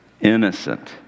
innocent